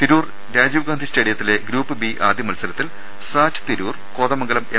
തിരൂർ രാജീവ്ഗാന്ധി സ്റ്റേഡിയത്തിലെ group B ആദ്യ മത്സരത്തിൽ സാറ്റ് തിരൂർ കോതമംഗലം എം